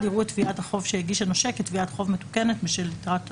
יראו את תביעת החוב שהגיש הנושה כתביעת חוב מתוקנת בשל יתרת החוב.